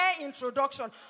introduction